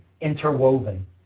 interwoven